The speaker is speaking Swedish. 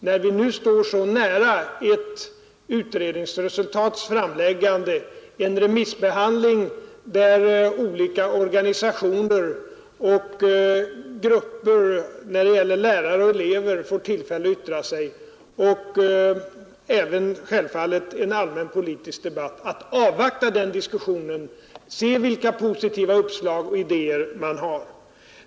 När vi nu står så nära ett utredningsresultats framläggande och en remissbehandling där olika organisationer och grupper av lärare och elever får tillfälle att yttra sig — och självfallet även en allmän politisk debatt — vill jag naturligtvis avvakta den diskussionen och se vilka positiva uppslag och idéer man har.